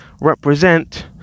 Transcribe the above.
represent